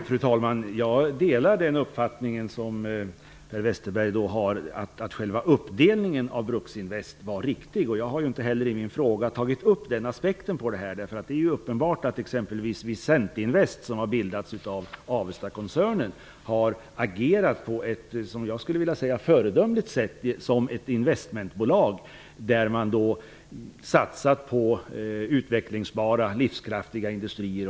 Fru talman! Jag delar den uppfattning som Per Westerberg har om att själva uppdelningen av Bruksinvest var riktig. Jag har ju inte heller tagit upp den aspekten i min fråga. Det är ju uppenbart att t.ex Visentinvest, som har bildats av Avestakoncernen, har agerat på ett föredömligt sätt som investmentbolag. Man har satsat på utvecklingsbara, livskraftiga industrier.